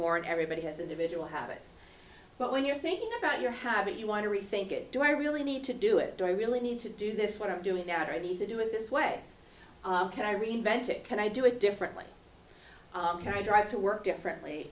more and everybody has individual habits but when you're thinking about your habit you want to rethink it do i really need to do it do i really need to do this what i'm doing now to maybe to do it this way can i reinvent it can i do it differently can i drive to work differently